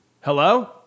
Hello